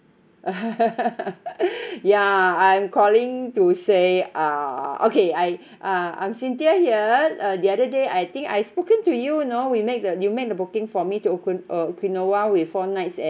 ya I'm calling to say uh okay I uh I'm cynthia here uh the other day I think I spoken to you you know we make the you make the booking for me to oki~ uh okinawa with four nights